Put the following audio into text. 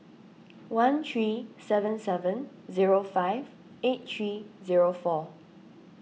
one three seven seven zero five eight three zero four